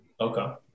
okay